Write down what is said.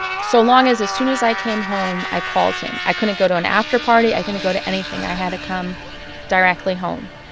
so long as as soon as i came home, i called him. i couldn't go to an after party. i couldn't go to anything. i had to come directly home.